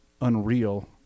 unreal